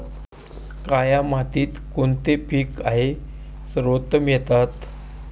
काया मातीत कोणते कोणते पीक आहे सर्वोत्तम येतात?